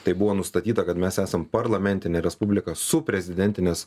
tai buvo nustatyta kad mes esam parlamentinė respublika su prezidentinės